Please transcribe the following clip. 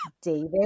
David